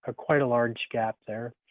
ah quite a large gap there.